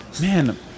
Man